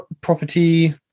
property